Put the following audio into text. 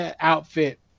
outfit